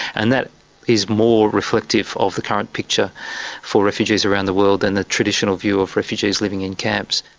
and that is more reflective of the current picture for refugees around the world than the traditional view of refugees living in camps.